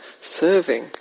serving